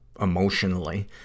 emotionally